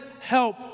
help